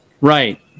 Right